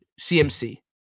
CMC